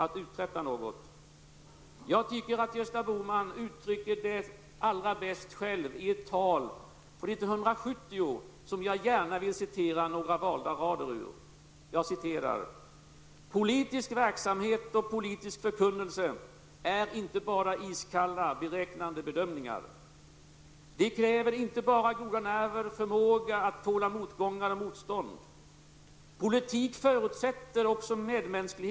Olle Svensson har varit ledamot av KU sedan 1971 och dess ordförande sedan 1982. Under sin riksdagstid har han varit medlem av ett flertal offentliga utredningar om press och massmedia, om fri och rättigheter, yttrandefrihet och folkstyre.